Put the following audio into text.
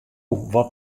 wat